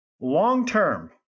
Long-term